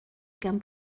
gan